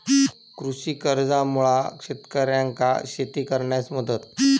कृषी कर्जामुळा शेतकऱ्यांका शेती करण्यास मदत